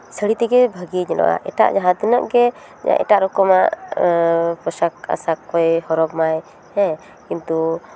ᱥᱟᱹᱲᱤ ᱛᱮᱜᱮ ᱵᱷᱟᱹᱜᱮᱭ ᱧᱮᱞᱚᱜᱼᱟ ᱮᱴᱟᱜ ᱡᱟᱦᱟᱸ ᱛᱤᱱᱟᱹᱜ ᱜᱮ ᱮᱴᱟᱜ ᱨᱚᱠᱚᱢᱟᱜ ᱯᱳᱥᱟᱠ ᱟᱥᱟᱠ ᱮ ᱦᱚᱨᱚᱜ ᱢᱟᱭ ᱦᱮᱸ ᱠᱤᱱᱛᱩ